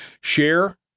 share